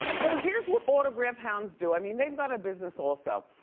well here's what autograph hounds do, i mean, they've got a business also.